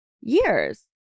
years